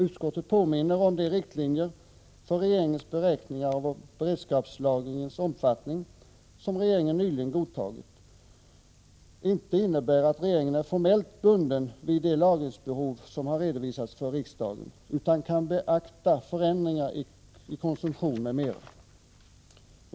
Utskottet påminner om att de riktlinjer för regeringens beräkning av beredskapslagringens omfattning som nyligen godtagits inte innebär att regeringen är formellt bunden av det lagringsbehov som redovisats för riksdagen, utan kan beakta förändringar i konsumtion m.m.